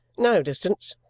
no distance,